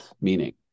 meaning